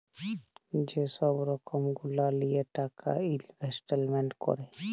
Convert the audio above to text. যে ছব রকম গুলা লিঁয়ে টাকা ইলভেস্টমেল্ট ক্যরে